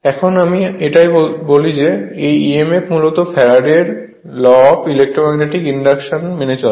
এখন আমি এটাই বলি যে এই emf মূলত ফ্যারাডে Faradays এর ল অব ইলেক্ট্রোম্যাগনেটিক ইন্ডাকশনের মেনে চলে